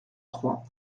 croix